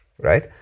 right